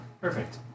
Perfect